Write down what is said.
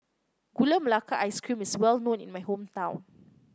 Gula Melaka Ice Cream is well known in my hometown